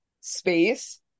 space